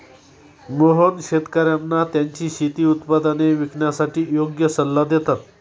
मोहन शेतकर्यांना त्यांची शेती उत्पादने विकण्यासाठी योग्य सल्ला देतात